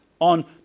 on